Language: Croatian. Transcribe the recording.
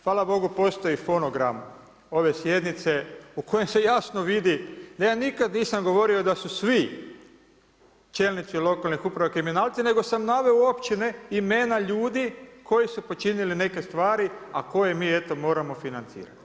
Hvala Bogu postoji fonogram ove sjednice u kojem se jasno vidi da ja nikad nisam govorio da su svi čelnici lokalne uprave kriminalci nego sam naveo u općine imena ljudi koji su počinili neke stvari a koje mi eto moramo financirati.